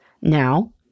Now